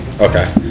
Okay